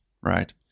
right